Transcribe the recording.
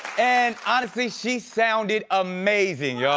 and honestly, she sounded amazing, y'all.